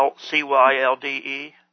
C-Y-L-D-E